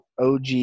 OG